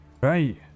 Right